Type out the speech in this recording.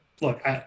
look